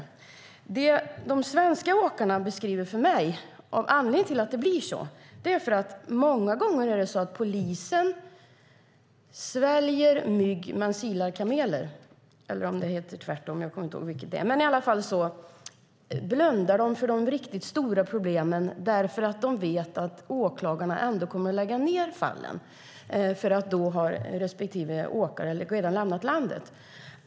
Tyvärr är det så att de svenska åkarna beskriver för mig att anledningen till att det blir så är att polisen många gånger sväljer mygg men silar kameler - eller om det heter tvärtom; jag kommer inte ihåg vilket det är. I alla fall blundar de för de riktigt stora problemen därför att de vet att åklagarna ändå kommer att lägga ned fallen eftersom respektive åkare då nämligen redan har lämnat landet.